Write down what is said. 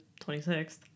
26th